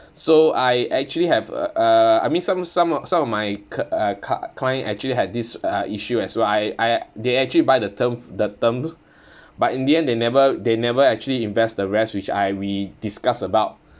so I actually have a uh I mean some some some of my c~ uh c~ client actually had this uh issue as well I I they actually buy the term the term but in the end they never they never actually invest the rest which I we discussed about